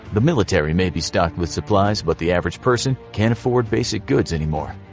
the military may be stocked with supplies, but the average person can't afford basic goods anymore.